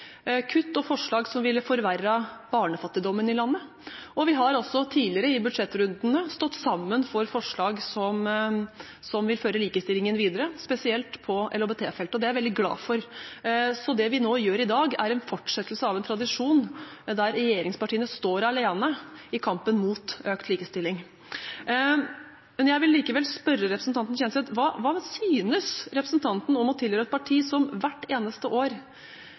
kutt til f.eks. enslige forsørgere, kutt og forslag som ville forverret barnefattigdommen i landet. Vi har også tidligere i budsjettrundene stått sammen om forslag som vil føre likestillingen videre, spesielt på LHBT-feltet. Det er jeg veldig glad for. Det vi gjør i dag, er en fortsettelse av en tradisjon der regjeringspartiene står alene i kampen mot økt likestilling. Jeg vil likevel spørre representanten Kjenseth: Hva synes representanten om å tilhøre et parti som hvert eneste år